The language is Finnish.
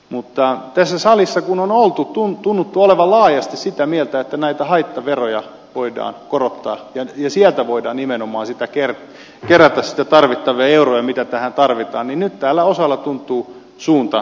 mutta tässä salissa kun on oltu tunnuttu olevan laajasti sitä mieltä että näitä haittaveroja voidaan korottaa ja sieltä voidaan nimenomaan kerätä sitten tarvittavia euroja mitä tähän tarvitaan niin nyt täällä osalla tuntuu suunta muuttuneen